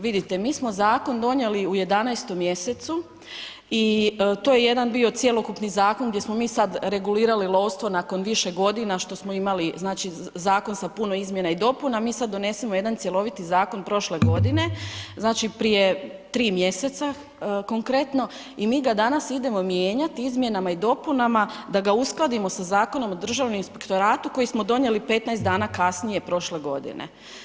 Vidite, mi smo zakon donijeli u 11. mj. i to je jedan bio cjelokupni zakon gdje smo mi sad regulirali lovstvo nakon više godina, što smo imali znači, zakon sa puno izmjena i dopuna, mi sad donesemo jedan cjeloviti zakon prošle godine, znači prije 3 mjeseca, konkretno i mi ga danas idemo mijenjati izmjenama i dopunama da ga uskladimo sa Zakonom o Državnom inspektoratu koji smo donijeli 15 dana kasnije prošle godine.